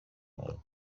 μου